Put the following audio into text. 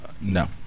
No